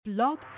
Blog